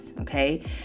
okay